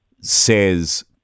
says